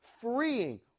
freeing